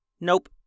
Nope